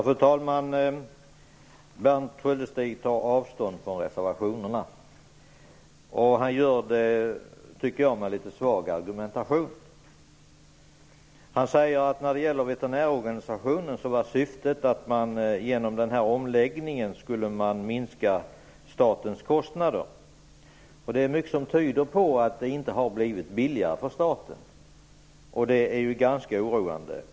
Fru talman! Berndt Sköldestig tar avstånd från reservationerna. Han gör det, tycker jag, med litet svag argumentation. När det gäller veterinärorganisationen säger han att syftet med den här omläggningen var att minska statens kostnader. Det är dock mycket som tyder på att det inte har blivit billigare för staten, och det är ju ganska oroande.